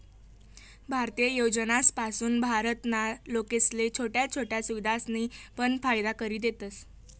भारतीय योजनासपासून भारत ना लोकेसले छोट्या छोट्या सुविधासनी पण फायदा करि देतस